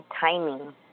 timing